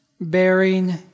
bearing